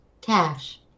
cash